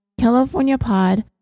californiapod